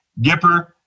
Gipper